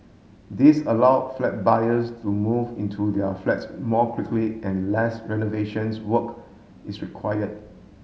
this allow flat buyers to move into their flats more quickly and less renovations work is required